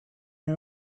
new